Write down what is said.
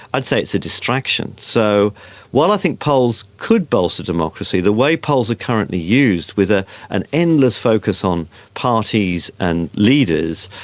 say it's a distraction. so while i think polls could bolster democracy, the way polls are currently used, with ah an endless focus on parties and leaders,